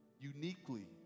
uniquely